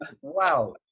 Wow